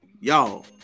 Y'all